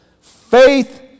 faith